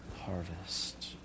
harvest